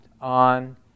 on